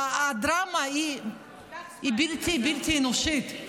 הדרמה היא בלתי אנושית.